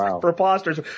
preposterous